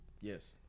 Yes